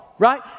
Right